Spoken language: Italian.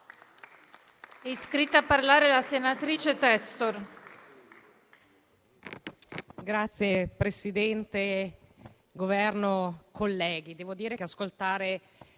iscritta a parlare la senatrice Testor.